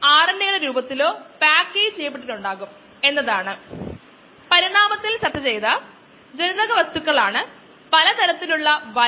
കോശങ്ങളുടെ സാന്ദ്രത വർദ്ധിക്കാത്ത ഒരു സ്റ്റേഷണറി ഘട്ടം എന്ന് വിളിക്കുന്ന അവസ്ഥയിലേക്ക് അത് എത്തിച്ചേരുന്നു